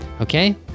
okay